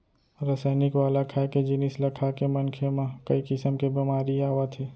रसइनिक वाला खाए के जिनिस ल खाके मनखे म कइ किसम के बेमारी आवत हे